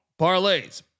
parlays